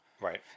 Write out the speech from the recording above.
Right